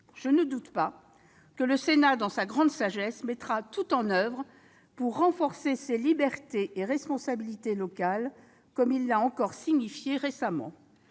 Je n'en doute pas : le Sénat, dans sa grande sagesse, mettra tout en oeuvre pour renforcer ces libertés et responsabilités locales, comme il l'a encore signifié récemment.